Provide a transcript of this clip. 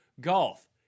golf